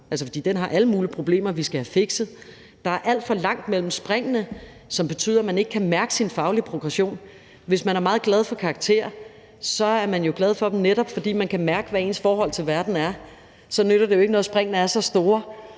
Altså, den har alle mulige problemer, vi skal have fikset. Der er alt for langt imellem springene, hvilket betyder, at man ikke kan mærke sin faglige progression. Hvis man er meget glad for karakterer, er man jo glad for dem, netop fordi man kan mærke, hvad ens forhold til verden er. Så nytter det jo ikke noget, at springene er så store,